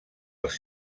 els